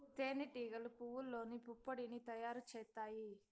తేనె టీగలు పువ్వల్లోని పుప్పొడిని తయారు చేత్తాయి